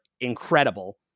incredible